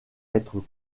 être